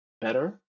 better